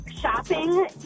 shopping